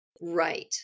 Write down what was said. Right